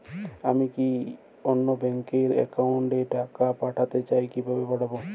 আমি অন্য ব্যাংক র অ্যাকাউন্ট এ টাকা পাঠাতে চাই কিভাবে পাঠাবো?